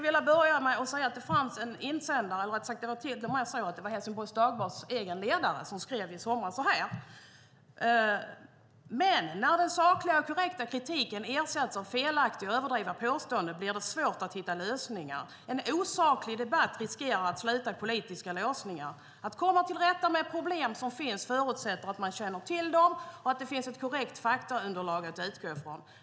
I Helsingborgs Dagblads ledare stod det i somras att när den sakliga och korrekta kritiken ersätts av felaktiga och överdrivna påståenden blir det svårt att hitta lösningar. En osaklig debatt riskerar att sluta i politiska låsningar. För att komma till rätta med problem som finns är det en förutsättning att man känner till dem och att det finns ett korrekt faktaunderlag att utgå ifrån.